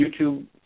YouTube